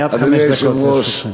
עד חמש דקות לרשותך.